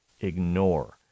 ignore